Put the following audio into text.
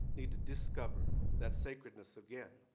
need to discover that sacredness again,